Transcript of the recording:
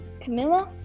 Camilla